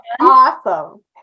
awesome